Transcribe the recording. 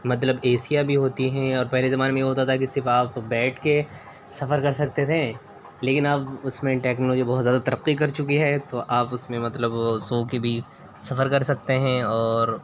مطلب ایسیاں بھی ہوتی ہیں اور پہلے زمانے میں یہ ہوتا تھا کہ صرف آپ بیٹھ کے سفر کر سکتے تھے لیکن اب اس میں ٹیکنالوجی بہت زیادہ ترقی کر چکی ہے تو آپ اس میں مطلب وہ سو کے بھی سفر کر سکتے ہیں اور